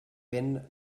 vent